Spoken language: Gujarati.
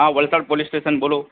હા વલસાડ પોલીસ સ્ટેશન બોલો